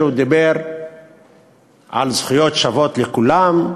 הוא דיבר על זכויות שוות לכולם,